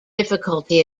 difficulty